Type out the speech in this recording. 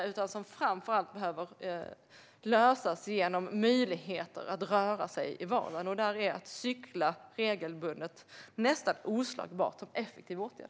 Det behöver framför allt lösas genom möjligheter för människor att röra sig i vardagen, och att cykla regelbundet är då nästan oslagbart som effektiv åtgärd.